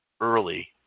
early